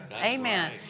Amen